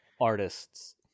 artists